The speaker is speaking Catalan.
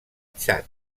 txad